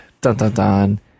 Dun-dun-dun